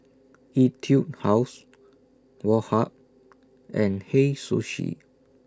Etude House Woh Hup and Hei Sushi